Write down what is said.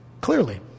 Clearly